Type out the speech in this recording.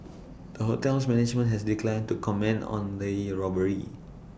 the hotel's management has declined to comment on the robbery